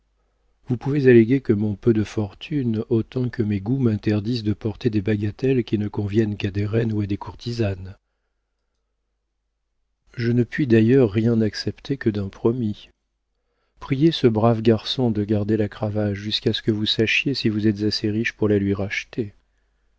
vous pouvez alléguer que mon peu de fortune autant que mes goûts m'interdisent de porter des bagatelles qui ne conviennent qu'à des reines ou à des courtisanes je ne puis d'ailleurs rien accepter que d'un promis priez ce brave garçon de garder la cravache jusqu'à ce que vous sachiez si vous êtes assez riche pour la lui racheter